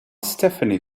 stephanie